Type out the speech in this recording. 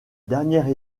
dernière